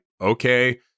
okay